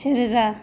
से रोजा